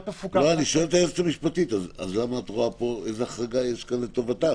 אז אני שואל את היועצת המשפטית: איזו החרגה יש כאן לטובתם?